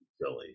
silly